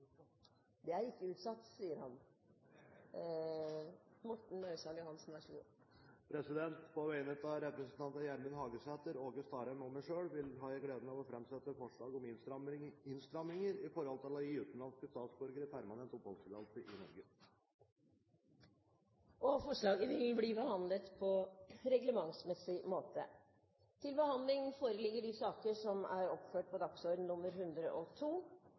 det forslaget er utsatt. Representanten Morten Ørsal Johansen vil framsette et representantforslag. På vegne av stortingsrepresentantene Gjermund Hagesæter, Åge Starheim og meg selv har jeg gleden av å framsette forslag om innstramminger i forhold til å gi utenlandske statsborgere permanent oppholdstillatelse i Norge. Forslaget vil bli behandlet på reglementsmessig måte. Før sakene på dagens kart tas opp til behandling, vil presidenten gjøre oppmerksom på